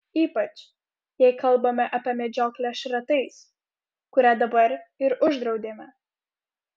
ypač jei kalbame apie medžioklę šratais kurią dabar ir uždraudėme